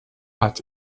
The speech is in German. hat